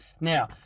Now